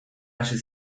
hasi